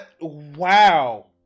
wow